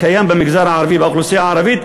קיים במגזר הערבי ובאוכלוסייה הערבית,